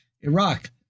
Iraq